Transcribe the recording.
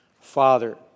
Father